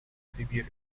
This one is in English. severe